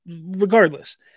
Regardless